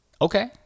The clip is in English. Okay